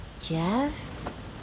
Jeff